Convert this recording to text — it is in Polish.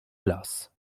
las